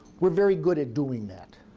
we're very good at doing that.